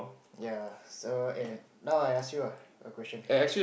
ya so and now I ask you lah a question